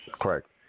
Correct